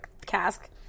cask